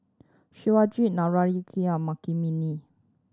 Shivaji Naraina